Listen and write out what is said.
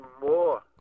more